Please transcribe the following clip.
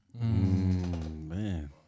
man